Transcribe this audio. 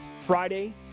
Friday